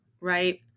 Right